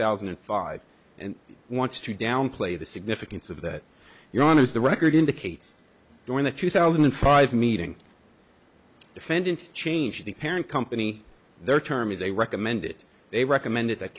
thousand and five and wants to downplay the significance of that you're on is the record indicates during the two thousand and five meeting defendant changed the parent company their term is a recommended they recommended that